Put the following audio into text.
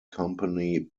company